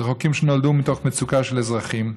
אלה חוקים שנולדו מתוך מצוקה של אזרחים,